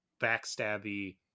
backstabby